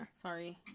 Sorry